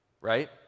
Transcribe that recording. Right